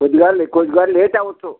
కొద్దిగా కొద్దిగా లేట్ అవ్వచ్చు